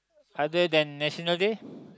other than National Day